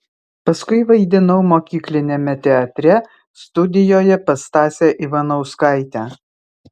paskui vaidinau mokykliniame teatre studijoje pas stasę ivanauskaitę